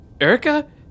Erica